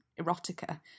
erotica